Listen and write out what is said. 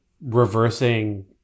reversing